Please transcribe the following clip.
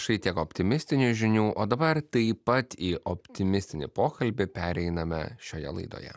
štai tiek optimistinių žinių o dabar taip pat į optimistinį pokalbį pereiname šioje laidoje